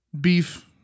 beef